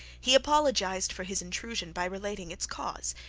he apologized for his intrusion by relating its cause,